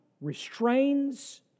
restrains